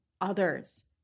others